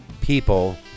people